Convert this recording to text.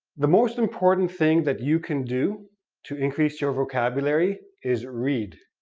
the most important thing that you can do to increase your vocabulary is read,